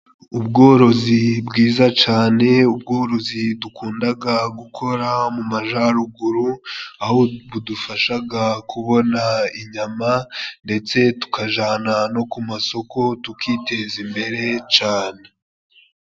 Ubworozi bwiza cane, ubworozi dukundaga gukora mu majaruguru aho budufashaga kubona inyama ndetse tukajana no ku masoko tukiteza imbere cane.